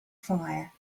fire